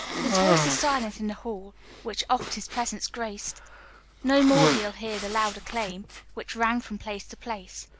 his voice is silent in the hall which oft his presence graced no more he'll hear the loud acclaim which rang from place to place.